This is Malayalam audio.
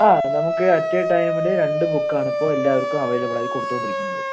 ആ നമുക്ക് അറ്റ് എ ടൈമിൽ രണ്ട് ബുക്ക് ആണ് ഇപ്പോൾ എല്ലാവർക്കും അവൈലബിളായി കൊടുത്തുകൊണ്ടിരിക്കുന്നത്